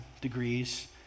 degrees